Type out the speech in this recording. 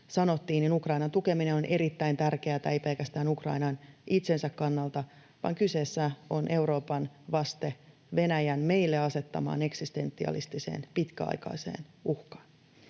Ukrainan tukeminen on erittäin tärkeätä, ei pelkästään Ukrainan itsensä kannalta, vaan kyseessä on Euroopan vaste Venäjän meille asettamaan eksistentialistiseen pitkäaikaiseen uhkaan.